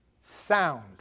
sound